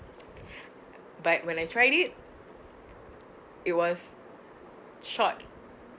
but when I tried it it was short